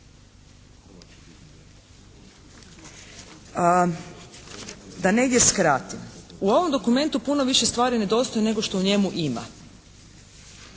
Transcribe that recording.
Da negdje skratim. U ovom dokumentu puno više stvari nedostaje nego što u njemu ima.